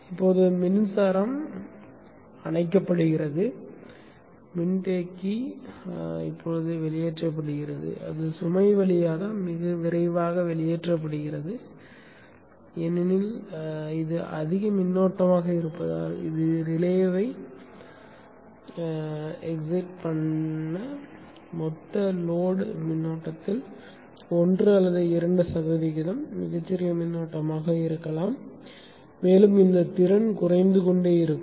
இப்போது மின்சாரம் அணைக்கப்படுகிறது மின்தேக்கி வெளியேற்றப்படுகிறது அது சுமை வழியாக மிக விரைவாக வெளியேற்றப்படுகிறது ஏனெனில் இது அதிக மின்னோட்டமாக இருப்பதால் இது ரிலேவை உற்சாகப்படுத்த மொத்த சுமை மின்னோட்டத்தில் 1 அல்லது 2 சதவிகிதம் மிகச்சிறிய மின்னோட்டமாக இருக்கலாம் மேலும் இந்த திறன் குறைத்துக்கொண்டே இருக்கும்